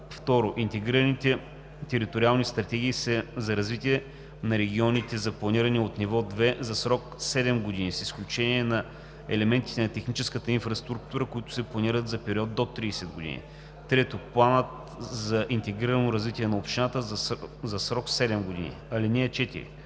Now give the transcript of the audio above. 2. интегрираните териториални стратегии за развитие на регионите за планиране от ниво 2 – за срок 7 години, с изключение на елементите на техническата инфраструктура, които се планират за период до 30 години; 3. планът за интегрирано развитие на община – за срок 7 години. (4)